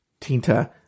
Tinta